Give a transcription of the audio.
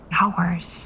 hours